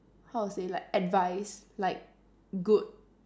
how to say like advice like good